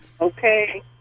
Okay